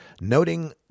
noting